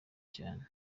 cyane